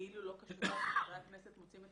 כאילו לא קשור --- חברי הכנסת מוצאים את